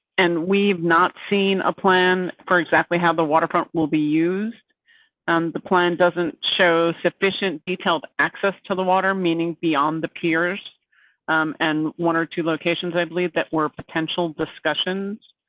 and we've not seen a plan for exactly how the waterfront will be used and the plan doesn't show sufficient, detailed access to the water, meaning beyond the peers and one or two locations. i believe that were potential discussions